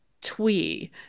twee